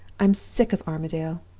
i'm sick of armadale!